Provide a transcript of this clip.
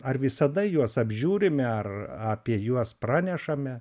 ar visada juos apžiūrime ar apie juos pranešame